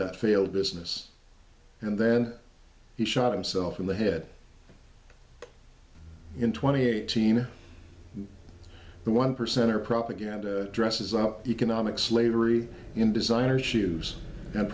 that failed business and then he shot himself in the head in twenty eight the one percenter propaganda dresses up economic slavery in designer shoes and